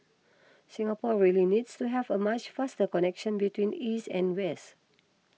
Singapore really needs to have a much faster connection between east and west